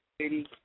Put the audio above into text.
city